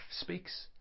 speaks